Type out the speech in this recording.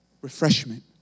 refreshment